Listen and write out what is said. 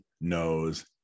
knows